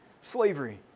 slavery